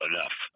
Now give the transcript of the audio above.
Enough